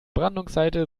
brandungsseite